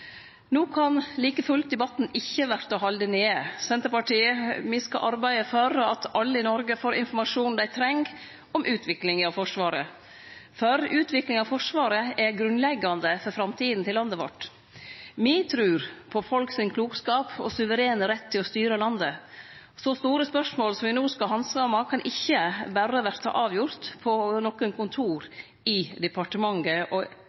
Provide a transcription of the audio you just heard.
No kan like fullt debatten ikkje verte halden nede. Me i Senterpartiet skal arbeide for at alle i Noreg får informasjon dei treng om utviklinga av Forsvaret, for utviklinga av Forsvaret er grunnleggjande for framtida til landet vårt. Me trur på folk sin klokskap og suverene rett til å styre landet. Så store spørsmål som me no skal handsame, kan ikkje berre verte avgjorde på nokre kontor i departementet